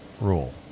rule